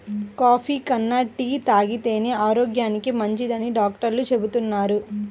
coffee కన్నా tea తాగితేనే ఆరోగ్యానికి మంచిదని డాక్టర్లు చెబుతున్నారు